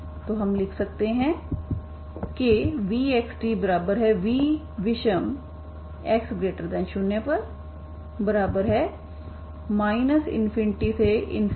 तो हम लिख सकते है कि vxtvविषम